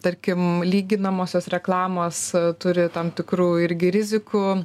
tarkim lyginamosios reklamos turi tam tikrų irgi rizikų